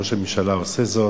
וראש הממשלה עושה זאת,